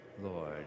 Lord